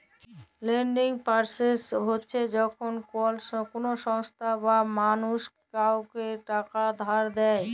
lending process হছে যখল কল সংস্থা বা মালুস কাউকে টাকা ধার দেঁই